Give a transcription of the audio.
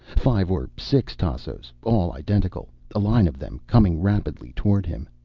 five or six tassos, all identical, a line of them coming rapidly toward him.